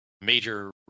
major